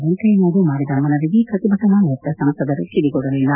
ವೆಂಕಯ್ಯನಾಯ್ಡು ಮಾಡಿದ ಮನವಿಗೆ ಪ್ರತಿಭಟನಾ ನಿರತ ಸಂಸದರು ಕಿವಿಗೊಡಲಿಲ್ಲ